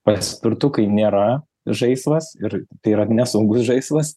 paspirtukai nėra žaislas ir tai yra nesaugus žaislas